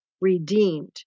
redeemed